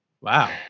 Wow